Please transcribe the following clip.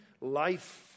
life